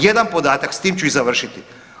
Jedan podatak, s tim ću i završiti.